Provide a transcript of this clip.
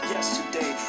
Yesterday